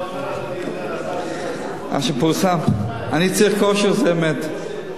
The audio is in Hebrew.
זה אומר, אדוני השר, שאתה צריך כושר גופני.